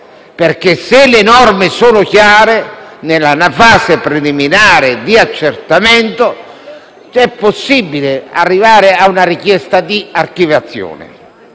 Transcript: perché, se le norme sono chiare, nella fase preliminare di accertamento è possibile arrivare a una richiesta di archiviazione.